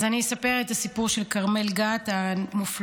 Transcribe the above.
אז אני אספר את הסיפור של כרמל גת המופלאה.